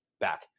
back